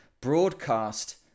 broadcast